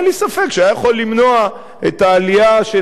אין לי ספק שהוא היה יכול למנוע את העלייה של